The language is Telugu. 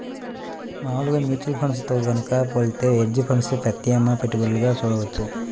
మామూలు మ్యూచువల్ ఫండ్స్ తో గనక పోలిత్తే హెడ్జ్ ఫండ్స్ ప్రత్యామ్నాయ పెట్టుబడులుగా చూడొచ్చు